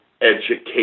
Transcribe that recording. education